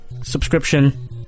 subscription